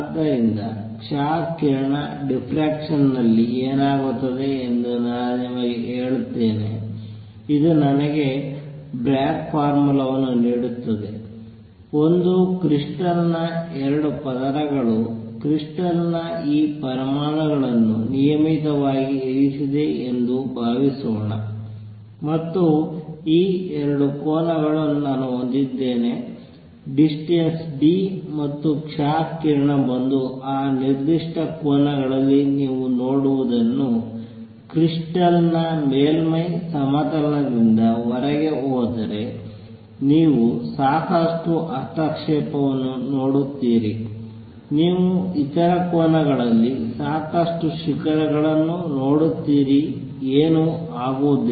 ಆದ್ದರಿಂದ ಕ್ಷ ಕಿರಣ ಡಿಫ್ಫ್ರೆಕ್ಷನ್ ನಲ್ಲಿ ಏನಾಗುತ್ತದೆ ಎಂದು ನಾನು ನಿಮಗೆ ಹೇಳುತ್ತೇನೆ ಇದು ನನಗೆ ಬ್ರಾಗ್ ಫಾರ್ಮಲ್ ವನ್ನು ನೀಡುತ್ತದೆ ಒಂದು ಕ್ರಿಸ್ಟಲ್ ನ 2 ಪದರಗಳು ಕ್ರಿಸ್ಟಲ್ ಈ ಪರಮಾಣುಗಳನ್ನು ನಿಯಮಿತವಾಗಿ ಇರಿಸಿದೆ ಎಂದು ಭಾವಿಸೋಣ ಮತ್ತು ಈ 2 ಕೋನಗಳನ್ನು ನಾನು ಹೊಂದಿದ್ದೇನೆ ಡಿಸ್ಟೆನ್ಸ್ d ಮತ್ತು ಕ್ಷ ಕಿರಣ ಬಂದು ಆ ನಿರ್ದಿಷ್ಟ ಕೋನಗಳಲ್ಲಿ ನೀವು ನೋಡುವುದನ್ನು ಕ್ರಿಸ್ಟಲ್ ನ ಮೇಲ್ಮೈಯ ಸಮತಲದಿಂದ ಹೊರಗೆ ಹೋದರೆ ನೀವು ಸಾಕಷ್ಟು ಹಸ್ತಕ್ಷೇಪವನ್ನು ನೋಡುತ್ತೀರಿ ನೀವು ಇತರ ಕೋನಗಳಲ್ಲಿ ಸಾಕಷ್ಟು ಶಿಖರಗಳನ್ನು ನೋಡುತ್ತೀರಿ ಏನೂ ಆಗುವುದಿಲ್ಲ